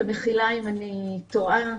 ומחילה אם אני טועה,